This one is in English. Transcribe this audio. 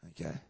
okay